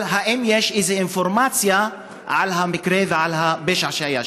אבל האם יש איזו אינפורמציה על המקרה ועל הפשע שהיה שם?